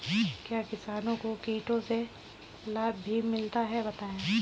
क्या किसानों को कीटों से लाभ भी मिलता है बताएँ?